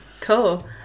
Cool